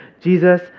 Jesus